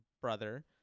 brother